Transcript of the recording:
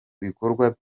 ibikorwa